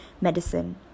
medicine